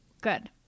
Good